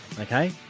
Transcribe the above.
Okay